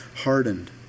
hardened